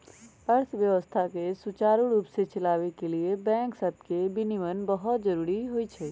अर्थव्यवस्था के सुचारू रूप से चलाबे के लिए बैंक सभके विनियमन बहुते जरूरी होइ छइ